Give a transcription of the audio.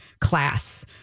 class